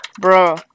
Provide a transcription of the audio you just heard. Bro